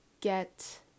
get